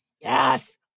yes